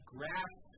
Grasp